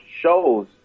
shows